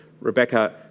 Rebecca